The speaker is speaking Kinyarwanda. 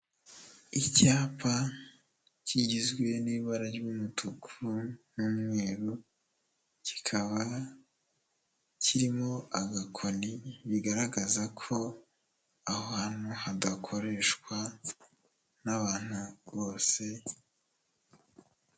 Icyapa kigizwe n'ibara ry'umutuku n'umweru, kikaba kirimo agakoni, bigaragaza ko aho hantu hadakoreshwa n'abantu bose.